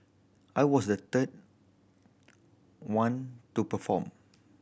I was the third one to perform